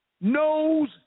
knows